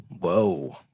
Whoa